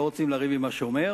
לא רוצים לריב עם השומר.